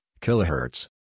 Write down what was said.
kilohertz